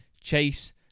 Chase